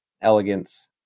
elegance